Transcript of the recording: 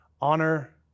Honor